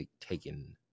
taken